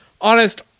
Honest